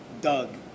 Doug